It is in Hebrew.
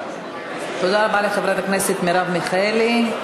תודה רבה לחברת הכנסת מרב מיכאלי.